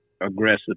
aggressive